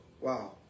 wow